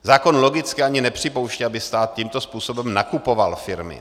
Zákon logicky ani nepřipouští, aby stát tímto způsobem nakupoval firmy.